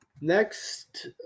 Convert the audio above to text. Next